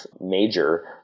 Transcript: major